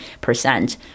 percent